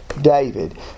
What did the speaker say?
David